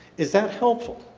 is that helpful?